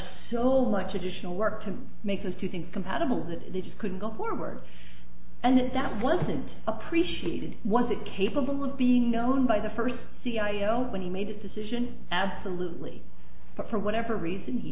so much additional work to make us to think compatible that they just couldn't go forward and that wasn't appreciated was it capable of being known by the first c i a o when he made his decision absolutely but for whatever reason he